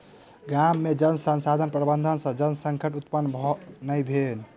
गाम में जल संसाधन प्रबंधन सॅ जल संकट उत्पन्न नै भेल